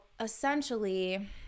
essentially